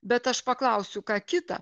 bet aš paklausiu ką kita